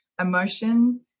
emotion